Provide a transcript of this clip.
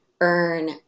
earn